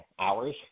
hours